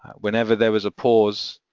whenever there was a pause,